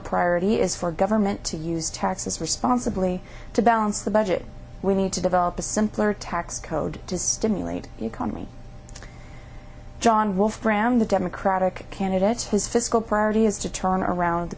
priority is for government to use taxes responsibly to balance the budget we need to develop a simpler tax code to stimulate the economy john wolfram the democratic candidates his fiscal priority is to turn around the